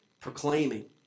proclaiming